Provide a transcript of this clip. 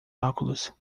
óculos